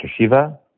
Shiva